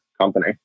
company